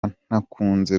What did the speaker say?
ntakunze